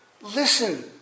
listen